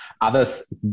Others